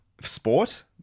sport